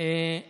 אריה דרעי.